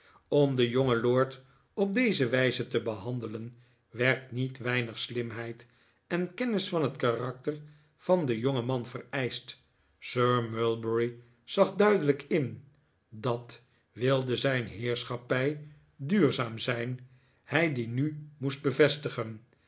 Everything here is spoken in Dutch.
om den jongen lord op deze wijze te behandelen werd niet weinig slimheid en kennis van het karakter van den jongeman vereischt sir mulberry zag duidelijk in dat wilde zijn heerschappij duurzaam zijn hij die nu moest bevestigen